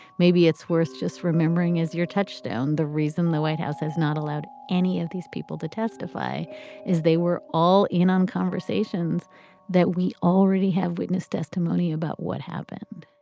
maybe it's worth just remembering is your touchdown the reason the white house has not allowed any of these people to testify is they were all in on conversations that we already have witness testimony about what happened